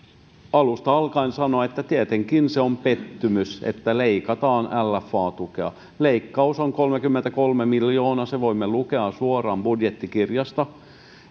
alusta alkaen sanoa että tietenkin se on pettymys että leikataan lfa tukea leikkaus on kolmekymmentäkolme miljoonaa sen voimme lukea suoraan budjettikirjasta